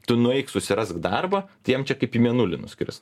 tu nueik susirask darbą tai jam čia kaip į mėnulį nuskrist